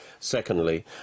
Secondly